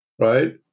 right